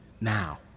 now